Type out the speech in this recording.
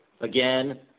again